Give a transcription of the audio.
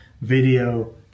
video